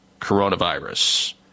coronavirus